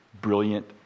brilliant